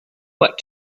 what